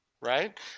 right